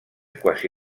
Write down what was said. quasi